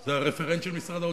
זה הרפרנט של משרד האוצר.